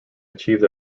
achieved